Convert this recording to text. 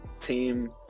team